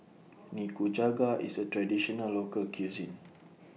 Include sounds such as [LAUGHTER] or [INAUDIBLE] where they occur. [NOISE] Nikujaga IS A Traditional Local Cuisine